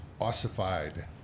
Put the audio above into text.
ossified